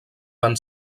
van